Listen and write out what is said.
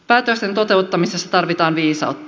päätösten toteuttamisessa tarvitaan viisautta